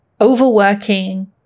overworking